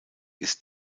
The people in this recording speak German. ist